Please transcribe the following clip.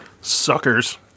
Suckers